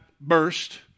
burst